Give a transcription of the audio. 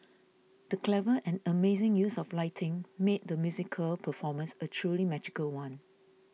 the clever and amazing use of lighting made the musical performance a truly magical one